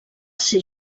ser